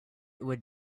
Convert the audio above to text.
would